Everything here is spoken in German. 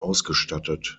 ausgestattet